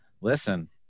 Listen